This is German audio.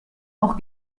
auch